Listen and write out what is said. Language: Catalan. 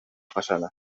façana